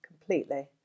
completely